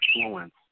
influence